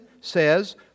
says